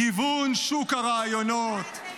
גיוון שוק הרעיונות,